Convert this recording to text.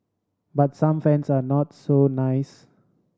but some fans are not so nice